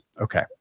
Okay